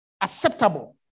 acceptable